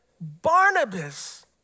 Barnabas